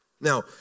Now